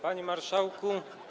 Panie Marszałku!